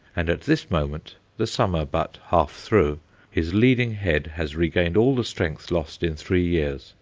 and at this moment the summer but half through his leading head has regained all the strength lost in three years,